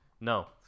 No